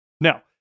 now